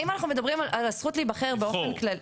אבל אם אנחנו מדברים על הזכות להיבחר באופן כללי.